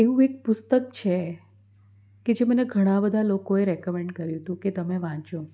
એવું એક પુસ્તક છે કે જે મને ઘણાં બધાં લોકોએ રેકમેંડ કર્યું તું કે તમે વાંચો